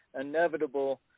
inevitable